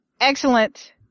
excellent